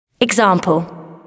Example